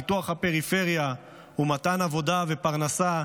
לפיתוח הפריפריה ולמתן עבודה ופרנסה,